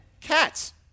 cats